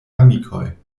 amikoj